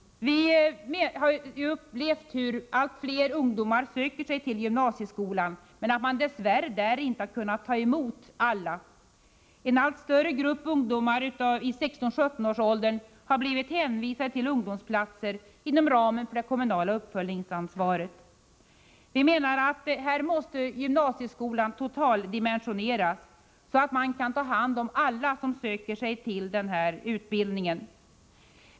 Vi har upplevt hur allt fler ungdomar söker sig till gymnasieskolan, men att man där dess värre inte har kunnat ta emot alla. En allt större grupp ungdomar i 16-17-årsåldern har blivit hänvisade till ungdomsplatser inom ramen för det kommunala uppföljningsansvaret. Vi menar att gymnasieskolan måste totaldimensioneras så, att man kan ta hand om alla som söker sig till denna utbildning.